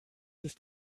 ist